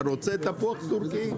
אתה רוצה תפוח טורקי?